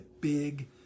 big